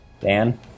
Dan